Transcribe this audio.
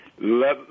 let